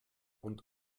und